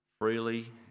freely